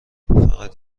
فقط